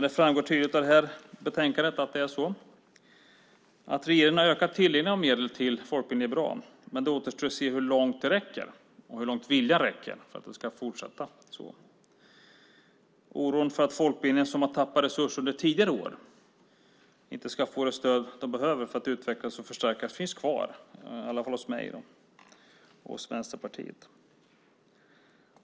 Det framgår tydligt av betänkandet. Att regeringen ökat tilldelningen av medel till folkbildningen är bra, men det återstår att se hur långt det räcker och hur länge viljan räcker för att det ska fortsätta. Oron för att folkbildningen, som har tappat resurser under tidigare år, inte ska få det stöd den behöver för att utvecklas och förstärkas finns kvar, i alla fall hos mig och Vänsterpartiet.